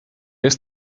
jest